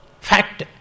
Fact